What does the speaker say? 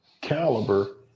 caliber